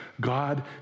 God